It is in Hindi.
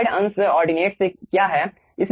वॉयड अंश ऑर्डिनेट से क्या है